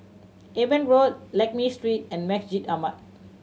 Eben Road Lakme Street and Masjid Ahmad